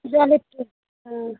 জলের ট্যাংক হ্যাঁ